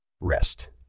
Rest